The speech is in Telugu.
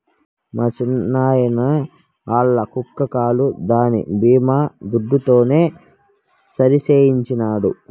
మా చిన్నాయిన ఆల్ల కుక్క కాలు దాని బీమా దుడ్డుతోనే సరిసేయించినాడు